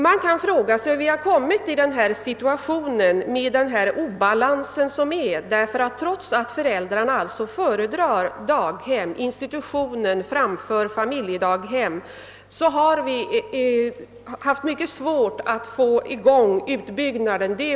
Man kan fråga sig hur vi har hamnat i denna situation, hur obalansen uppstått. Trots att föräldrarna alltså föredrar barnstugor, institutionsvård, framför familjedaghem har vi haft mycket svårt att få i gång utbyggnaden av barnstugor.